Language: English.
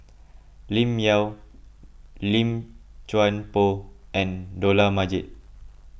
Lim Yau Lim Chuan Poh and Dollah Majid